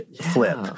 flip